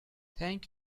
thank